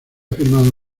firmado